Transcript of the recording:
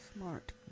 Smart